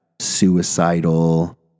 suicidal